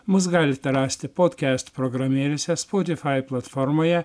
mus galite rasti podkest programėlėse spotifai platformoje